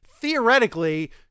theoretically